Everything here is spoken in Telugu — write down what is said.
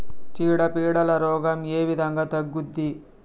చీడ పీడల రోగం ఏ విధంగా తగ్గుద్ది?